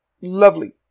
Lovely